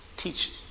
teach